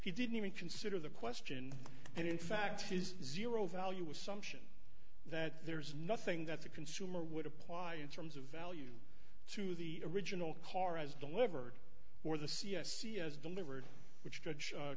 he didn't even consider the question and in fact his zero value assumption that there's nothing that the consumer would apply in terms of value to the original car as delivered or the c s c as delivered which d